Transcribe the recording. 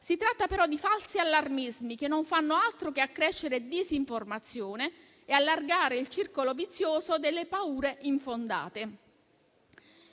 Si tratta però di falsi allarmismi, che non fanno altro che accrescere disinformazione e allargare il circolo vizioso delle paure infondate.